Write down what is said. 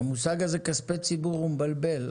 המושג הזה "כספי ציבור" הוא מבלבל.